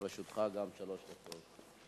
לרשותך שלוש דקות.